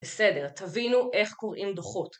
בסדר, תבינו איך קוראים דוחות.